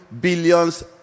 billions